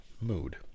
mood